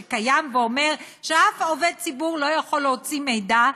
שקיים ואומר שעובד ציבור לא יכול להוציא מידע,